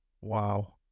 Wow